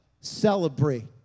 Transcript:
celebrate